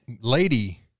Lady